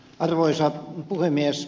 arvoisa puhemies